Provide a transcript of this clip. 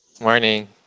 Morning